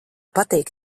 patīk